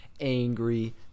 angry